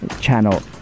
channel